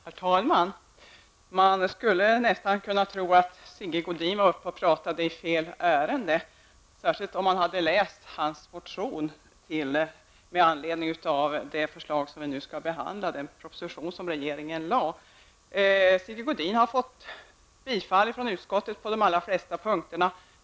Herr talman! Man skulle nästan kunna tro att Sigge Godin var uppe och pratade i fel ärende. Det gäller särskilt om man har läst hans motion med anledning av den proposition som regeringen har lagt fram. Sigge Godins motion har tillstyrkts från utskottsmajoriteten på de allra flesta punkterna.